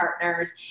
partners